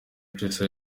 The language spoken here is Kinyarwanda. tracy